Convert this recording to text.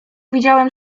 widziałem